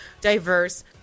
diverse